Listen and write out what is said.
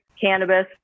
cannabis